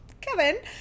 kevin